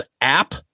app